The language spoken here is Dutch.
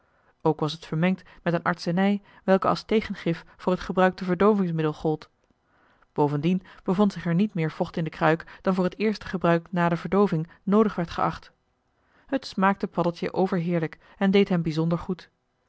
ook was het vermengd met een artsenij welke als tegengif voor het gebruikte verdoovingsmiddel gold bovendien bevond er zich niet meer vocht in de kruik dan voor het eerste gebruik na de verdooving noodig werd geacht het smaakte paddeltje overheerlijk en deed hem bijzonder goed